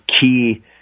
key